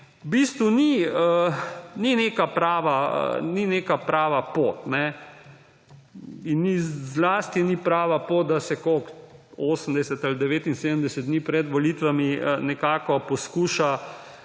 V bistvu ni neke prave poti in zlasti ni prava pot, da se – koliko? – 80 ali 79 dni pred volitvami, nekako poskuša